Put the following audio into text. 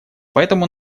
поэтому